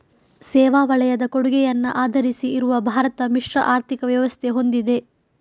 ಸೇವಾ ವಲಯದ ಕೊಡುಗೆಯನ್ನ ಆಧರಿಸಿ ಇರುವ ಭಾರತ ಮಿಶ್ರ ಆರ್ಥಿಕ ವ್ಯವಸ್ಥೆ ಹೊಂದಿದೆ